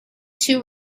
too